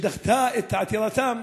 שדחתה את עתירתם